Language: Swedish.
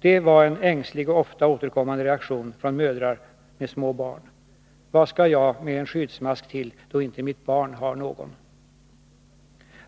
Det var en ängslig och ofta återkommande reaktion från mödrar med små barn.